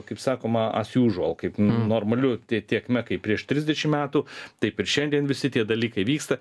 kaip sakoma as usual kaip normaliu tė tėkme kaip prieš trisdešim metų taip ir šiandien visi tie dalykai vyksta